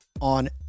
on